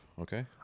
Okay